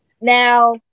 Now